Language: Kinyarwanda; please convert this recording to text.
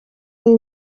nari